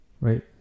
right